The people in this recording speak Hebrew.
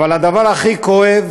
אבל הדבר הכי כואב